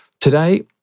Today